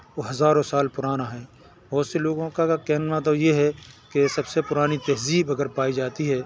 وہ ہزاروں سال پرانا ہے بہت سے لوگوں کا کا کہنا تو یہ ہے کہ سب سے پرانی تہذیب اگر پائی جاتی ہے